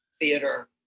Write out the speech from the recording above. theater